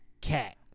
Cat